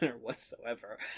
whatsoever